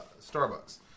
Starbucks